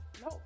No